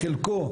בחלקו,